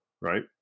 right